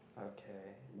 okay